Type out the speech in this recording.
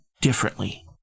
differently